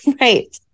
Right